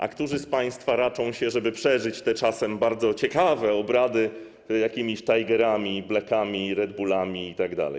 A którzy z państwa raczą się, żeby przeżyć te czasem bardzo ciekawe obrady, jakimiś tigerami, blackami, red bullami itd.